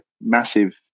massive